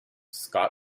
scott